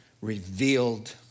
revealed